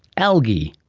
algae,